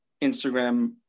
Instagram